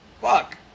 fuck